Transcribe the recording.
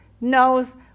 knows